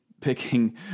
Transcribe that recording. picking